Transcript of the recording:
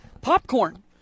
Popcorn